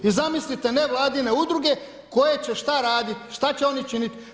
I zamislite nevladine udruge koje će što raditi, što će oni činiti?